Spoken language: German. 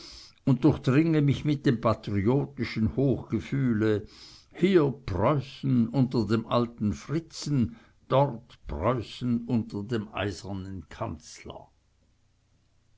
und durchdringe mich mit dem patriotischen hochgefühle hier preußen unter dem alten fritzen dort preußen unter dem eisernen kanzler